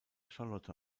charlotte